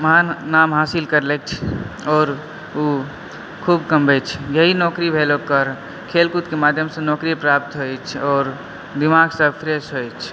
महान नाम हासिल करलै अछि आओर ओ ख़ूब कमबै छै नौकरी भेल ओकर खेल कूद के माध्यम सॅं नौकरी प्राप्त होइ अछि आओर दिमाग़ सॅं फ्रेस होइ अछि